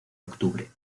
octubre